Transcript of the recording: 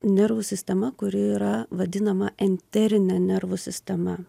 nervų sistema kuri yra vadinama enterine nervų sistema